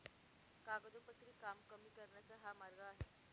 कागदोपत्री काम कमी करण्याचा हा मार्ग आहे